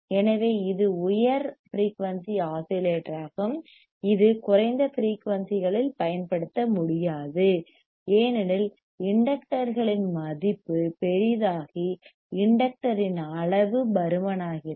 எனவே இது உயர் ஃபிரீயூன்சி ஆஸிலேட்டராகும் இது குறைந்த ஃபிரீயூன்சிகளில் பயன்படுத்த முடியாது ஏனெனில் இண்டக்டர்களின் மதிப்பு பெரிதாகி இண்டக்டர் இன் அளவு பருமனாகிறது